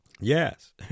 Yes